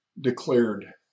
declared